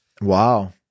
Wow